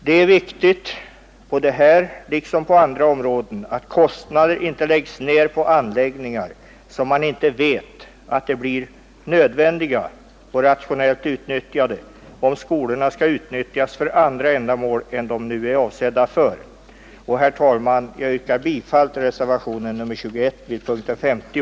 Det är viktigt på detta liksom på andra områden att kostnader inte läggs ner på anläggningar som man inte vet att de är nödvändiga och blir rationellt utnyttjade, om skolorna skall användas för andra ändamål än de nu är avsedda för. Fru talman! Jag yrkar bifall till reservationen 21 vid punkten 50.